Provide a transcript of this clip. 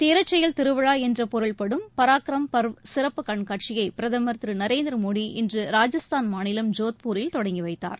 தீரச்செயல் திருவிழா என்ற பொருள்படும் பராக்ரம் பர்வ் சிறப்பு கண்காட்சியை பிரதமர் திரு நரேந்திர மோடி இன்று ராஜஸ்தான் மாநிலம் ஜோத்பூரில் தொடங்கிவைத்தார்